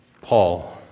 Paul